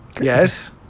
Yes